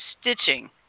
Stitching